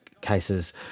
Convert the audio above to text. cases